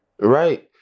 Right